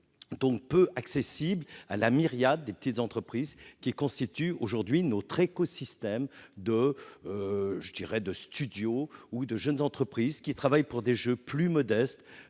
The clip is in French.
donc peu accessible à la myriade de petites entreprises qui constituent aujourd'hui notre écosystème de jeunes studios travaillant sur des jeux plus modestes,